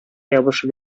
ябышып